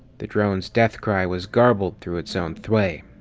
the drone's death cry was garbled through its own thwei.